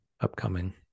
Upcoming